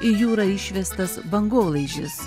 į jūrą išvestas bangolaižis